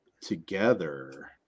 together